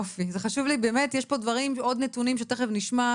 אני לא רוצה להביא מראות מצמררים על ילדות שביקשו אוכל שנשאר,